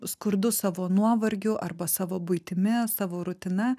skurdus savo nuovargiu arba savo buitimi savo rutina